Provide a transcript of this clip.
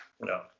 No